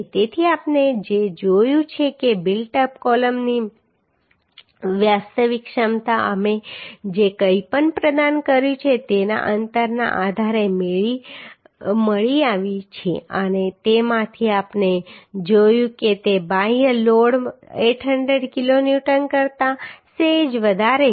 તેથી આપણે જે જોયું છે કે બિલ્ટ અપ કોલમની વાસ્તવિક ક્ષમતા અમે જે કંઈપણ પ્રદાન કર્યું છે તેના અંતરના આધારે મળી આવી છે અને તેમાંથી આપણે જોયું છે કે તે બાહ્ય લોડ 800 કિલોન્યુટન કરતાં સહેજ વધારે છે